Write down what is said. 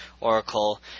Oracle